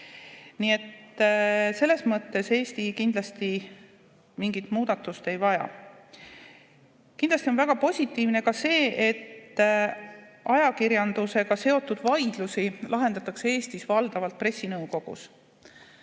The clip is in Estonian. jääks. Selles mõttes Eesti kindlasti mingit muudatust ei vaja. Kindlasti on väga positiivne ka see, et ajakirjandusega seotud vaidlusi lahendatakse Eestis valdavalt pressinõukogus,